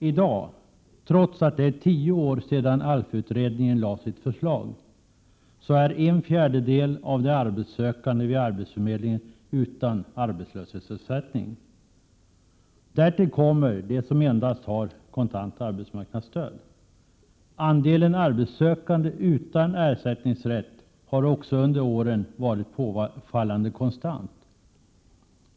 I dag är, trots att det är tio år sedan ALF-utredningen lade fram sitt förslag, en fjärdedel av de arbetssökande vid arbetsförmedlingen utan arbetslöshetsersättning. Därtill kommer de som endast har kontant arbetsmarknadsstöd. Andelen arbetssökande utan ersättningsrätt har också under åren varit påfallande konstant.